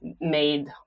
made